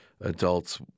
adults